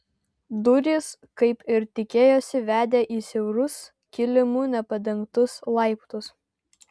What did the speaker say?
durys kaip ir tikėjosi vedė į siaurus kilimu nepadengtus laiptus